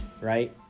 right